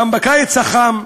גם בקיץ החם,